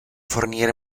fornire